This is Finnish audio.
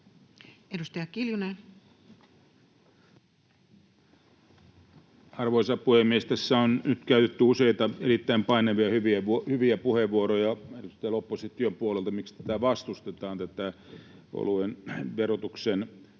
Edustaja Kiljunen. Arvoisa puhemies! Tässä on nyt käytetty useita erittäin painavia ja hyviä puheenvuoroja erityisesti täältä opposition puolelta, miksi tätä oluen verotuksen